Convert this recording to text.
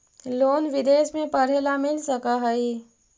Loan विदेश में पढ़ेला मिल सक हइ?